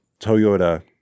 Toyota